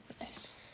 Nice